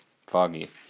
foggy